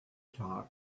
talk